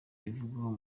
abivugaho